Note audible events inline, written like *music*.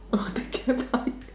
orh take care bye *noise*